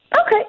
Okay